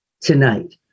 tonight